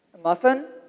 muffin?